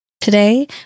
Today